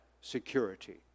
security